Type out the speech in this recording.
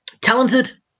talented